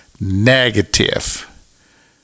negative